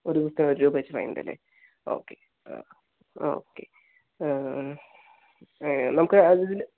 ഒരു ദിവസത്തിന് രൂപ വെച്ച് ഫൈൻ ഉണ്ടല്ലേ ഓക്കേ ആഹ് ആഹ് ഓക്കേ നമുക്ക് അതില്